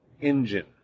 engine